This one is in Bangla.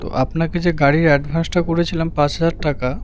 তো আপনাকে যে গাড়ির অ্যাডভান্সটা করেছিলাম পাঁচ হাজার টাকা